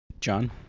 john